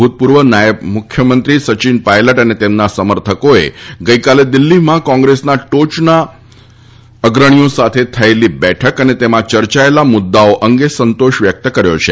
ભૂતપૂર્વ નાયબ મુખ્યમંત્રી સચિન પાયલટ અને તેમના સમર્થકોએ ગઈકાલે દિલ્ફીમાં કોંગ્રેસના ટોચના અગ્રણીઓ સાથે થયેલી બેઠક અને તેમાં ચર્ચાયેલા મુદ્દાઓ અંગે સંતોષ વ્યક્ત કર્યો છે